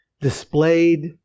displayed